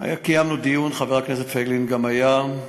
קיימנו דיון, גם חבר הכנסת פייגלין היה,